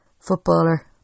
footballer